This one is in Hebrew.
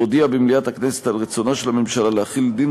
להודיע במליאת הכנסת על רצונה של הממשלה להחיל דין